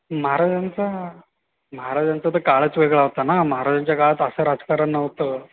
महाराजांचा महाराजांचा तर काळच वेगळा होता ना महाराजांच्या काळात असं राजकारण नव्हतं